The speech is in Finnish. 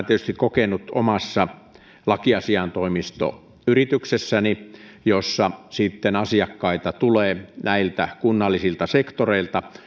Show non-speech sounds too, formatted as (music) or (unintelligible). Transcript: (unintelligible) tietysti kokenut omassa lakiasiaintoimistoyrityksessäni jossa sitten asiakkaita tulee näiltä kunnallisilta sektoreilta